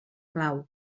clau